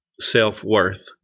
self-worth